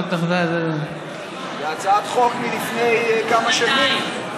זו הצעת חוק מלפני כמה שנים.